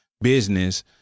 business